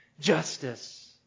justice